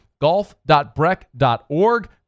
golf.breck.org